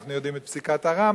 ואנחנו יודעים את פסיקת הרמב"ם,